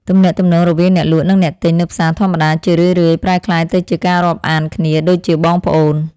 ទំនាក់ទំនងរវាងអ្នកលក់និងអ្នកទិញនៅផ្សារធម្មតាជារឿយៗប្រែក្លាយទៅជាការរាប់អានគ្នាដូចជាបងប្អូន។